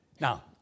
Now